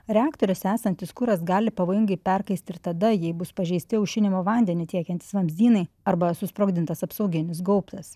reaktoriuose esantis kuras gali pavojingai perkaisti ir tada jei bus pažeisti aušinimo vandenį tiekiantys vamzdynai arba susprogdintas apsauginis gaubtas